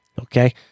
okay